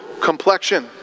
complexion